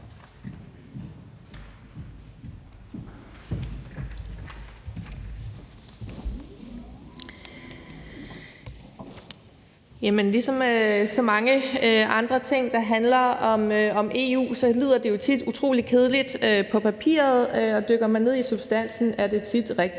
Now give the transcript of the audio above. Ligesom med så mange andre ting, der handler om EU, lyder det jo tit utrolig kedeligt på papiret, men dykker man ned i substansen, er det tit rigtig